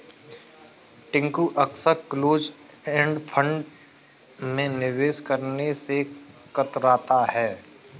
टिंकू अक्सर close end fund में निवेश करने से कतराता है